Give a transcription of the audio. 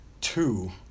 Two